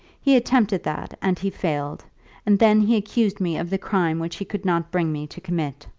he attempted that and he failed and then he accused me of the crime which he could not bring me to commit.